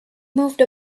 moved